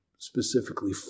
Specifically